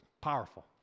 powerful